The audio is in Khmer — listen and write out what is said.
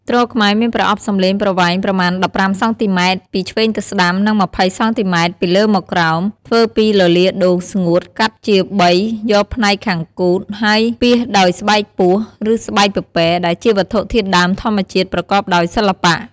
ទ្រខ្មែរមានប្រអប់សំឡេងប្រវែងប្រមាណ ១៥ សង់ទីម៉ែត្រ. ពីឆ្វេងទៅស្តាំ និង ២០ សង់ទីម៉ែត្រ. ពីលើមកក្រោម ធ្វើពីលលាដ៍ដូងស្ងួតកាត់ជាបីយកផ្នែកខាងគូទហើយពាសដោយស្បែកពស់ឬស្បែកពពែដែលជាវត្ថុធាតុដើមធម្មជាតិប្រកបដោយសិល្បៈ។